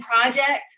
project